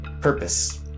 purpose